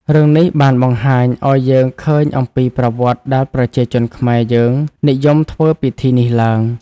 រឿងនេះបានបង្ហាញអោយយើងឃើញអំពីប្រវត្តិដែលប្រជាជនខ្មែរយើងនិយមធ្វើពិធីនេះឡើង។